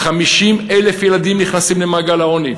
50,000 ילדים נכנסים למעגל העוני,